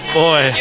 boy